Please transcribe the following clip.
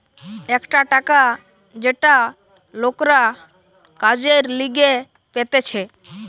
একটা টাকা যেটা লোকরা কাজের লিগে পেতেছে